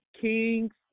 kings